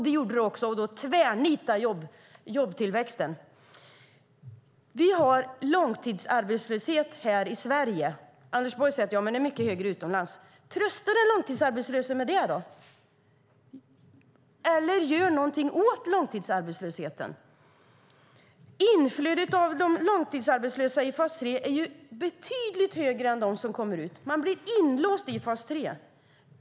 Det gjorde det också, och då tvärnitade jobbtillväxten. Vi har långtidsarbetslöshet i Sverige. Anders Borg säger att ja, men den är mycket högre utomlands. Trösta då de långtidsarbetslösa med det eller gör någonting åt långtidsarbetslösheten! Inflödet av långtidsarbetslösa i fas 3 är betydligt högre än utflödet. Man blir inlåst i fas 3.